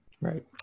right